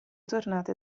tornate